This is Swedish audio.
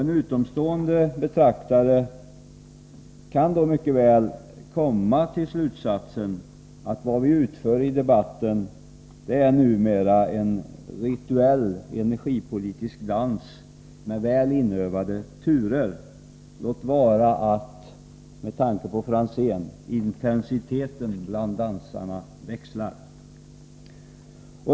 En utomstående betraktare kan då mycket väl komma till slutsatsen att vad vi utför i debatten numera är en rituell energipolitisk dans med väl inövade turer, låt vara — med tanke på Ivar Franzén — att intensiteten bland dansarna växlar.